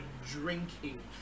drinking